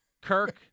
Kirk